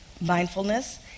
mindfulness